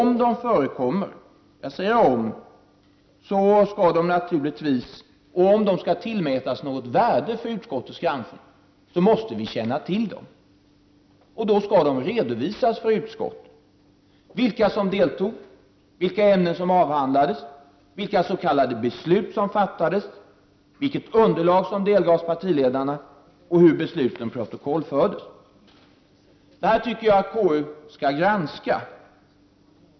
Men om, jag säger om, de förekommer och om de skall tillmätas något värde vid utskottets granskning, så måste utskottet känna till dem, Och då skall de redovisas för utskottet — vilka som deltog, vilka ämnen som avhandlades, vilka s.k. beslut som fattades, vilket underlag som delgavs partiledarna och hur besluten protokollfördes. Detta tycker jag att KU skall granska.